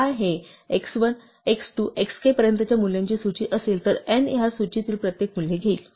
तर आता जर l ही x1 x2 xk पर्यंतच्या मूल्यांची सूची असेल तर n या सूचीतील प्रत्येक मूल्य घेईल